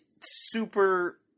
super